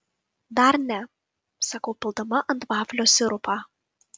dar ne sakau pildama ant vaflio sirupą